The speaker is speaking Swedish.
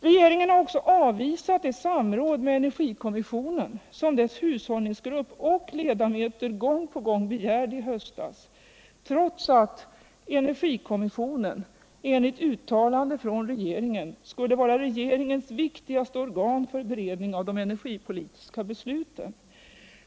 Bostadsdepartementet har avvisat det samråd med energikommissionen som dess hushållningsgrupp och ledamöter gång på gång begärde i höstas trots att energikommissionen enligt uttalande från regeringen skulle vara regeringens viktigaste organ för beredning av de energipolitiska besluten.